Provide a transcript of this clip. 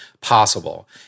possible